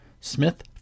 Smith